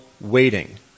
waiting